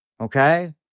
okay